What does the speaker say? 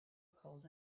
cold